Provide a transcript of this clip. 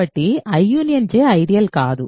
కాబట్టి I J ideal కాదు